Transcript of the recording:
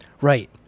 Right